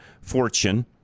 Fortune